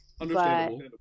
understandable